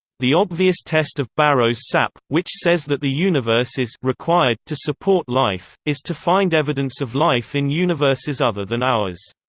the obvious test of barrow's sap, which says that the universe is required to support life, is to find evidence of life in universes other than ours.